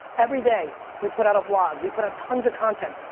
everyday, we put out a vlog. we put out tons of content.